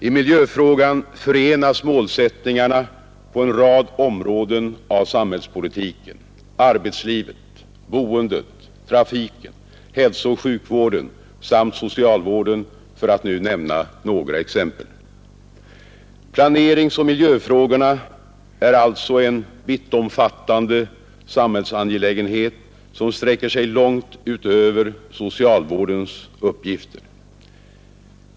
I miljöfrågan förenas målsättningarna på en rad områden av samhällspolitiken — arbetslivet, boendet, trafiken, hälsooch sjukvården samt socialvården, för att nämna några exempel. Planeringsoch miljöfrågorna är alltså en vittomfattande samhällsangelägenhet som sträcker sig långt utöver socialvårdens uppgifter.